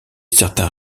certains